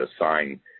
assign